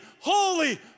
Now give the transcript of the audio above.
holy